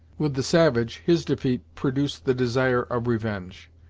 with the savage, his defeat produced the desire of revenge.